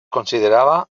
considerava